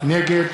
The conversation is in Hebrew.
נגד